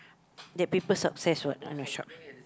that people success what on a shop